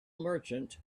merchant